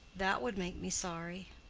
that would make me sorry.